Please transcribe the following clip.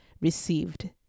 received